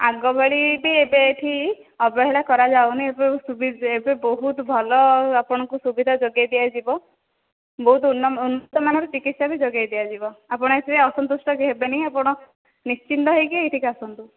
ଆଗ ଭଳି ବି ଏବେ ଏହିଠି ଅବହେଳା କରା ଯାଉନି ଏବେ ସୁବିଧା ଏବେ ବହୁତ ଭଲ ଆପଣଙ୍କୁ ସୁବିଧା ଯୋଗାଇ ଦିଆ ଯିବ ବହୁତ ଉନ୍ନତମାନର ଚିକିତ୍ସା ବି ଯୋଗାଇ ଦିଆ ଯିବ ଆପଣ ଆସି କି ଅସନ୍ତୁଷ୍ଟ ବି ହେବେନି ଆପଣ ନିଶ୍ଚିନ୍ତ ହୋଇକି ଏହିଠିକି ଆସନ୍ତୁ